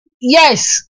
yes